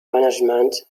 management